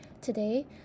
Today